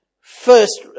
first